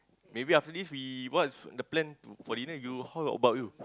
maybe after this we what's the plan to for dinner you how about you